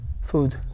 Food